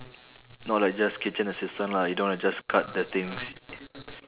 not like just kitchen assistant lah you don't wanna just cut the things